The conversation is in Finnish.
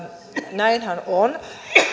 näinhän on